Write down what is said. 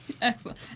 Excellent